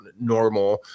normal